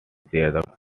their